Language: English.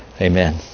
Amen